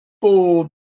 full